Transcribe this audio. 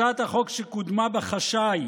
הצעת החוק קודמה בחשאי